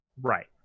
right